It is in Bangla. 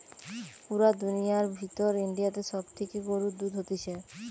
পুরা দুনিয়ার ভিতর ইন্ডিয়াতে সব থেকে গরুর দুধ হতিছে